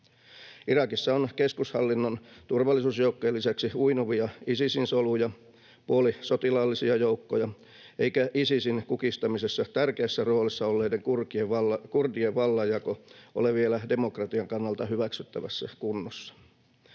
Irakissa on keskushallinnon turvallisuusjoukkojen lisäksi uinuvia Isisin soluja, puolisotilaallisia joukkoja, eikä Isisin kukistamisessa tärkeässä roolissa olleiden kurdien vallanjako ole vielä demokratian kannalta hyväksyttävässä kunnossa.